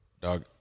Dog